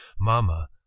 Mama